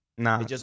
Nah